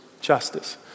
justice